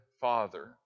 father